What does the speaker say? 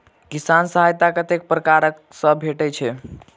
किसान सहायता कतेक पारकर सऽ भेटय छै?